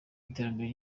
iterambere